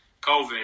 COVID